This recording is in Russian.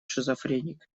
шизофреник